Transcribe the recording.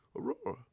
Aurora